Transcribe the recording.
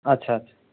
अच्छा अच्छा